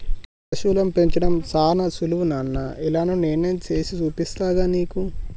పశువులను పెంచడం సానా సులువు నాన్న ఎలానో నేను సేసి చూపిస్తాగా నీకు